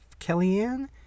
kellyanne